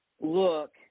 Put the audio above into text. look